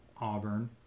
Auburn